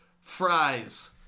fries